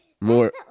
More